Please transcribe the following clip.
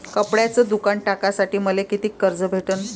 कपड्याचं दुकान टाकासाठी मले कितीक कर्ज भेटन?